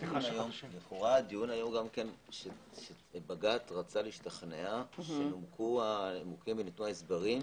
בג"ץ רצה להשתכנע נומקו הנימוקים וניתנו ההסברים,